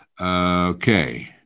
Okay